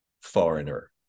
foreigner